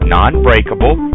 non-breakable